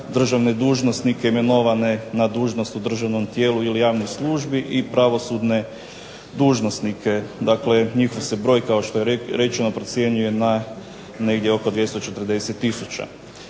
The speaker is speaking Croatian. državne dužnosnike imenovane na dužnost u državnom tijelu ili javnoj službi, i pravosudne dužnosnike. Dakle njihov se broj, kao što je rečeno, procjenjuje na negdje oko 240 tisuća.